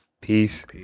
peace